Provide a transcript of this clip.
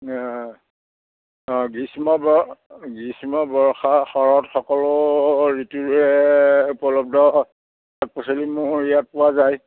অঁ গ্ৰীষ্ম বৰ গ্ৰীষ্মা বৰ্ষা শৰত সকলো ঋতুৰে উপলব্ধ হ শাক পাচলি মোৰ ইয়াত পোৱা যায়